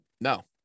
No